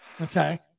Okay